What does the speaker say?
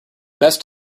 best